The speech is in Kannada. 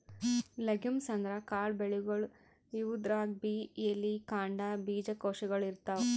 ಲೆಗುಮ್ಸ್ ಅಂದ್ರ ಕಾಳ್ ಬೆಳಿಗೊಳ್, ಇವುದ್ರಾಗ್ಬಿ ಎಲಿ, ಕಾಂಡ, ಬೀಜಕೋಶಗೊಳ್ ಇರ್ತವ್